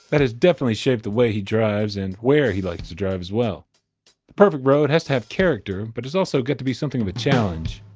that has definitely shaped the way he drives and where he likes to drive as well. the perfect road has to have character, but it's also got to be something of a challenge.